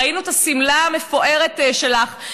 ראינו את השמלה המפוארת שלך,